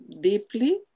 deeply